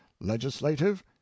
legislative